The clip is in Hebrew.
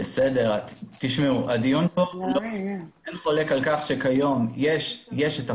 אני לא חולק על כך שכיום יש את החובה.